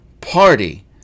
party